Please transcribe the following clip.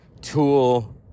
Tool